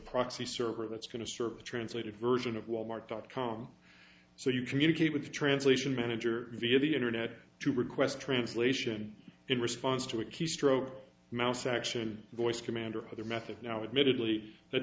proxy server that's going to serve the translated version of walmart dot com so you communicate with a translation manager via the internet to request translation in response to a keystroke mouse action voice command or other method now admittedly that